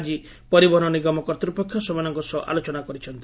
ଆକି ପରିବହନ ନିଗମ କର୍ଭ୍ରପକ୍ଷ ସେମାନଙ୍କ ସହ ଆଲୋଚନା କରିଛନ୍ତି